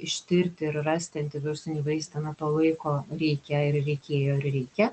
ištirti ir rasti antivirusinį vaistą nuo to laiko reikia ir reikėjo ir reikia